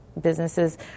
businesses